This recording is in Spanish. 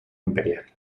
imperial